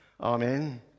Amen